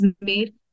made